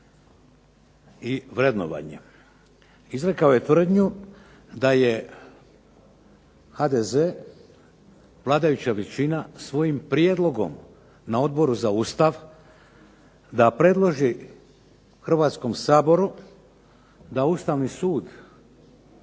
i vrednovanje. Izrekao je tvrdnju da je HDZ vladajuća većina svojim prijedlogom na Odboru za ustav, da predloži Hrvatskom saboru da Ustavni sud